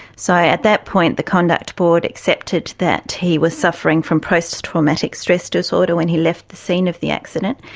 so at that point the conduct board accepted that he was suffering from post-traumatic stress disorder when he left the scene of the accident,